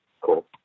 Cool